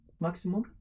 maximum